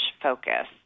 focus